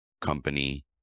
company